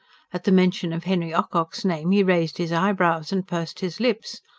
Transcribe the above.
at the mention of henry ocock's name he raised his eyebrows and pursed his lips.